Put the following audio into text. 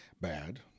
bad